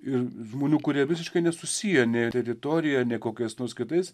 ir žmonių kurie visiškai nesusiję nei teritorija nei kokias nors kitais